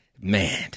man